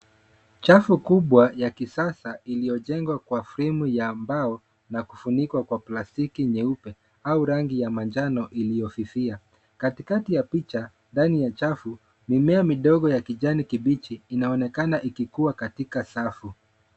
Chafu kubwa ya kisasa iliyojengwa kwa fremu ya mbao na kufunikwa kwa plastiki nyeupe au rangi ya manjano iliyofifia. Katikati ya picha, ndani ya chafu, mimea midogo ya kijani kibichi inaonekana ikikua katika safu.